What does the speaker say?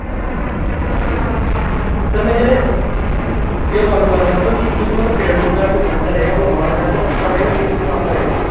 جی جی سر میں جو ہے نہ یہ معلوم کرنا چاہتا ہوں کہ اِس کا جو مطلب پیٹرول کا جو خرچہ رہے گا وہ ہمارا رہے گا پر ڈے میں تین سو میں آپ کا رہے گا وہ